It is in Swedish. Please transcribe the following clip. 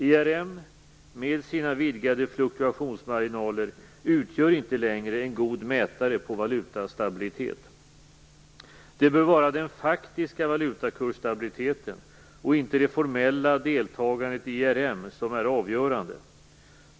ERM, med sina vidgade fluktuationsmarginaler, utgör inte längre en god mätare på valutastabilitet. Det bör vara den faktiska valutakursstabiliteten och inte det formella deltagandet i ERM som är avgörande.